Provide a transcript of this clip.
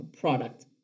product